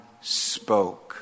spoke